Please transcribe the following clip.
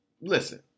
Listen